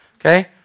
okay